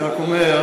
אני רק אומר: